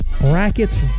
brackets